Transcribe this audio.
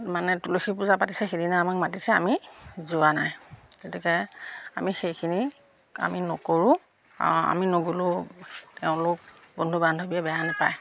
মানে তুলসী পূজা পাতিছে সেইদিনা আমাক মাতিছে আমি যোৱা নাই গতিকে আমি সেইখিনি আমি নকৰোঁ আৰু আমি নগ'লেও তেওঁলোক বন্ধু বান্ধৱীয়ে বেয়া নাপায়